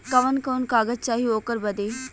कवन कवन कागज चाही ओकर बदे?